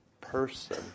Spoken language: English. person